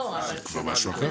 אז זה כבר משהו אחר.